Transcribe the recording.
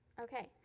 Okay